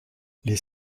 les